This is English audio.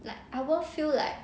like I won't feel like